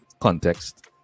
context